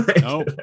No